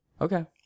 okay